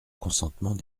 consentement